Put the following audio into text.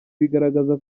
bigaragaza